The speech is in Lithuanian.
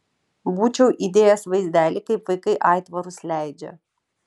būčiau įdėjęs vaizdelį kaip vaikai aitvarus leidžia